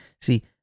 See